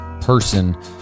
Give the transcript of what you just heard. person